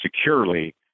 securely